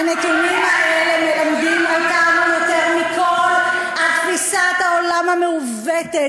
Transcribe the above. הנתונים האלה מלמדים אותנו יותר מכול על תפיסת העולם המעוותת,